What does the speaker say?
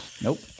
Nope